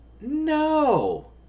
No